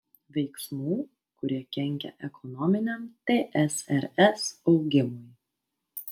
veiksmų kurie kenkia ekonominiam tsrs augimui